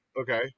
Okay